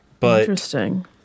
Interesting